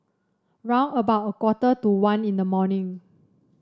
round about a quarter to one in the morning